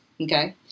Okay